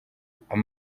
bafite